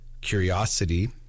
curiosity